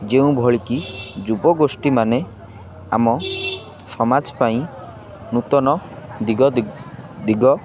ଯେଉଁଭଳି କି ଯୁବଗୋଷ୍ଠୀ ମାନେ ଆମ ସମାଜ ପାଇଁ ନୂତନ ଦିଗ ଦିଗ